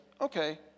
Okay